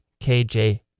KJ